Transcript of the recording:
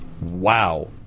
Wow